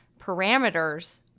parameters